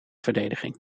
verdediging